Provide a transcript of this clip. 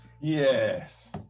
Yes